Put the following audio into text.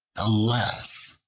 alas!